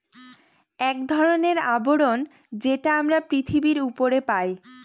এক ধরনের আবরণ যেটা আমরা পৃথিবীর উপরে পাই